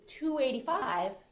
285